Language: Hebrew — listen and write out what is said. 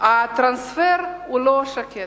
הטרנספר הוא לא שקט.